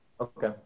Okay